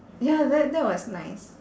ya that that was nice